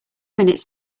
minutes